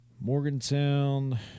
Morgantown